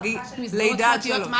מסגרות פרטיות שהגישו,